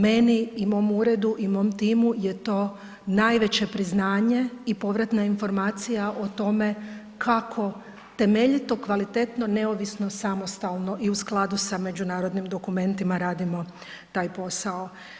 Meni i mom Uredu i mom timu je to najveće priznanje i povratna informacija o tome kako temeljito, kvalitetno, neovisno, samostalno i u skladu sa međunarodnim dokumentima radimo taj posao.